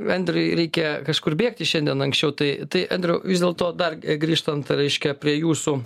andriui reikia kažkur bėgti šiandien anksčiau tai tai andriau vis dėlto dar grįžtant reiškia prie jūsų